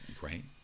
Great